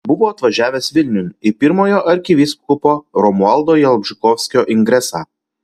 buvo atvažiavęs vilniun į pirmojo arkivyskupo romualdo jalbžykovskio ingresą